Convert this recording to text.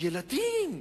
ילדים.